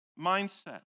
mindset